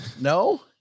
No